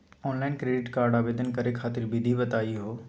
Online credit card आवेदन करे खातिर विधि बताही हो?